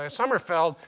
ah sommerfeld.